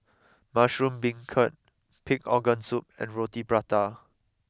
Mushroom Beancurd Pig Organ Soup and Roti Prata